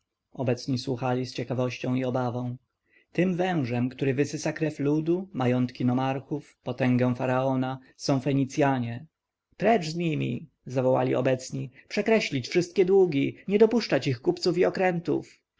obecni słuchali z ciekawością i obawą tym wężem który wysysa krew ludu majątki nomarchów potęgę faraona są fenicjanie precz z nimi zawołali obecni przekreślić wszystkie długi nie dopuszczać ich kupców i okrętów